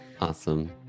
Awesome